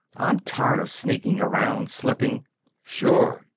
i'm tired of sneaking around, slipping sure,